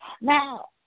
Now